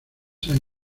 hay